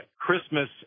Christmas